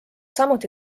samuti